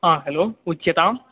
आ हलो उच्यतां